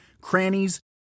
crannies